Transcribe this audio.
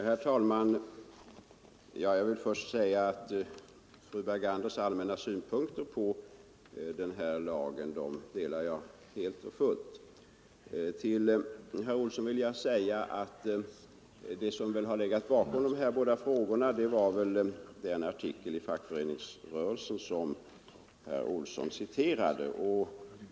Herr talman! Fru Berganders allmänna synpunkter på lagen delar jag helt och fullt. Det som har legat bakom de båda frågor som har ställts var väl den artikel i Fackföreningsrörelsen som herr Olsson i Stockholm citerade.